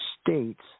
states